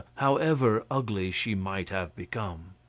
however ugly she might have become.